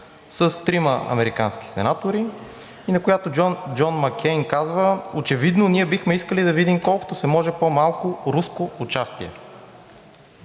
с трима американски сенатори и на която Джон Маккейн казва: „Очевидно ние бихме искали да видим колкото се може по-малко руско участие.“